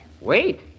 Wait